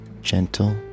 gentle